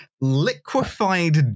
liquefied